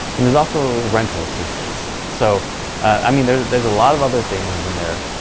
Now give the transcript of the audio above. and there's also rental assistance. so i mean there's there's a lot of other things in there,